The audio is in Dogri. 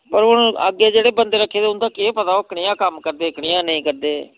ब हून अग्गें जेह्ड़े बंदे रक्खे दे उं'दा केह् पता ओह् कनेहा कम्म करदे कनेहा नेईं करदे